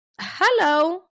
hello